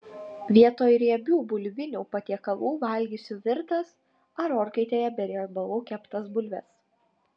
vietoj riebių bulvinių patiekalų valgysiu virtas ar orkaitėje be riebalų keptas bulves